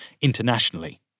internationally